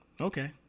Okay